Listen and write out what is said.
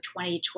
2020